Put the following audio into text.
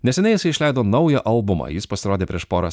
neseniai jisai išleido naują albumą jis pasirodė prieš porą